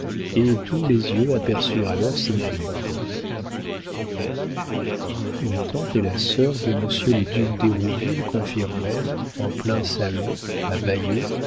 et tous les yeux aperçurent alors ses mérites la tante et la sœur de monsieur le duc d'hérouville confirmèrent en plein salon à bayeux